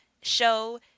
show